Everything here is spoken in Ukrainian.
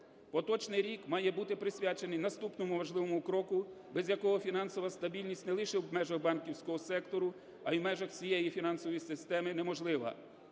Поточний рік має бути присвячений наступному важливому кроку, без якого фінансова стабільність не лише в межах банківського сектору, а й у межах всієї фінансової системи неможлива.